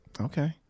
Okay